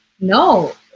No